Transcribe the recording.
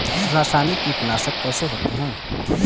रासायनिक कीटनाशक कैसे होते हैं?